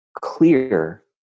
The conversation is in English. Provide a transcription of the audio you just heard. clear